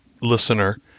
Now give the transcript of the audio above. listener